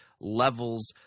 levels